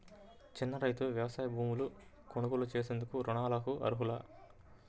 చిన్న రైతులు వ్యవసాయ భూములు కొనుగోలు చేసేందుకు రుణాలకు అర్హులా?